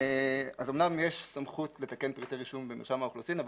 אז אמנם יש סמכות לתקן פרטי רישום במרשם האוכלוסין אבל